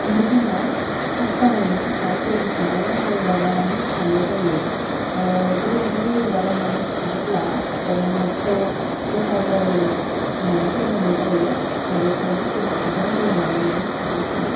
बे समाव थाब जानायनि थाखाय गोबोरखिजों दै' लागायनानै सारनाय जायो गोबोरखिजों दै लागायनानै सारोब्ला न'खौ गोथार जायो होन्नानै फोथायनाय जायो बेनिखायनो गोबोरखिजों दै लागायनानै सारनाय जायो